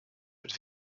but